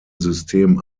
system